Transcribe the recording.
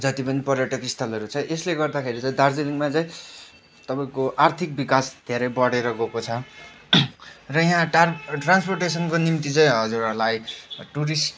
जति पनि पर्यटकस्थलहरू छ यसले गर्दाखेरि चाहिँ दार्जिलिङमा चाहिँ तपाईँको आर्थिक विकास धेरै बढेर गएको छ र यहाँ ट्रान ट्रान्सपोर्टेसनको निम्ति चाहिँ हजुरहरूलाई टुरिस्ट